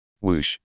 Whoosh